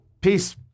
Peace